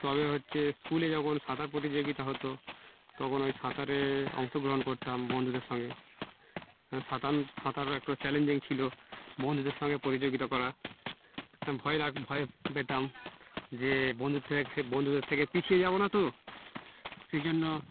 তবে হচ্ছে স্কুলে যখন সাঁতার প্রতিযোগিতা হতো তখন ওই সাঁতারে অংশগ্রহণ করতাম বন্ধুদের সঙ্গে হ্যাঁ সাঁতার সাঁতার একটু চ্যালেঞ্জিং ছিল বন্ধুদের সঙ্গে প্রতিযোগিতা করা হ্যাঁ ভয় লাগ ভয় পেতাম যে বন্ধু থেকে বন্ধুদের থেকে পিছিয়ে যাবো না তো সেই জন্য